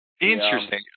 Interesting